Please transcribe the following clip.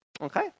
okay